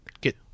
get